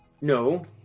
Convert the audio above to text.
No